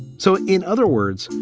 so in other words,